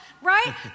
right